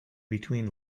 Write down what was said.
between